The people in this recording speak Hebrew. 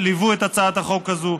שליוו את הצעת החוק הזאת.